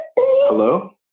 Hello